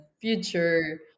future